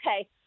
okay